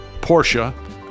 Porsche